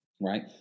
right